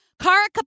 Kara